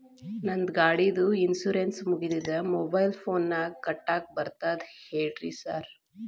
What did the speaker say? ನಂದ್ ಗಾಡಿದು ಇನ್ಶೂರೆನ್ಸ್ ಮುಗಿದದ ಮೊಬೈಲ್ ಫೋನಿನಾಗ್ ಕಟ್ಟಾಕ್ ಬರ್ತದ ಹೇಳ್ರಿ ಸಾರ್?